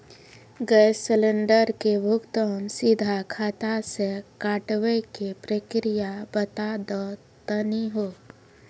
Gas cylinder के भुगतान सीधा खाता से कटावे के प्रक्रिया बता दा तनी हो?